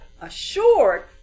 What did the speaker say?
assured